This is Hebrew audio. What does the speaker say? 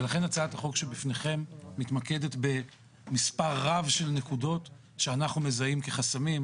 ולכן הצעת החוק שבפניכם מתמקדת במספר רב של נקודות שאנחנו מזהים כחסמים.